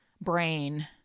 brain